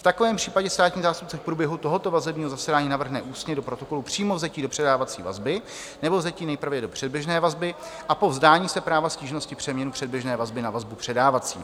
V takovém případě státní zástupce v průběhu tohoto vazebního zasedání navrhne ústně do protokolu přímo vzetí do předávací vazby nebo vzetí nejprve do předběžné vazby a po vzdání se práva stížnosti přeměnu předběžné vazby na vazbu předávací.